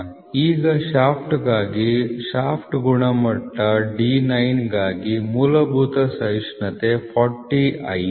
ಈಗ ಶಾಫ್ಟ್ಗಾಗಿ ಶಾಫ್ಟ್ ಗುಣಮಟ್ಟ D 9 ಗಾಗಿ ಮೂಲಭೂತ ಸಹಿಷ್ಣುತೆ 40 i